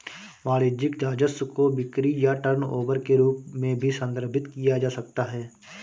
वाणिज्यिक राजस्व को बिक्री या टर्नओवर के रूप में भी संदर्भित किया जा सकता है